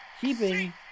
Keeping